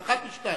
זה אחת משתיים,